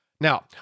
Now